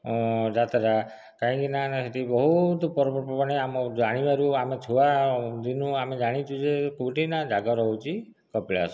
ହୁଁ ଯାତ୍ରା କାହିଁକିନା ସେଠି ବହୁତ ପର୍ବ ପର୍ବାଣି ଆମ ଜାଣିବାରୁ ଆମ ଛୁଆ ଦିନୁ ଆମେ ଜାଣିଚୁ ଯେ କେଉଁଠି ନା ଜାଗର ହେଉଛି କପିଳାସ